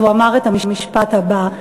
הוא אמר את המשפט הבא,